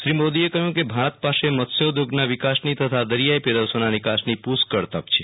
શ્રી મોદીએ કહ્યું કેકે ભારત પાસે મત્સ્યોધોગના વિકાસની તથા દરિયા પેદાશોના નીકાસની પુષ્ઠળ તક છે